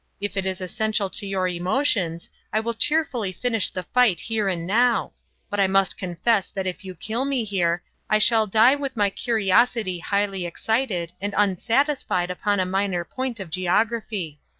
if it is essential to your emotions, i will cheerfully finish the fight here and now but i must confess that if you kill me here i shall die with my curiosity highly excited and unsatisfied upon a minor point of geography.